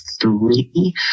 three